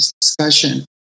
discussion